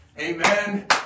Amen